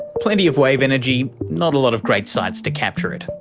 plenty of wave energy, not a lot of great sites to capture it.